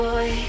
Boy